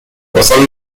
وصلنا